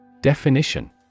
Definition